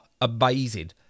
amazing